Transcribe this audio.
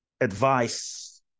advice